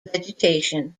vegetation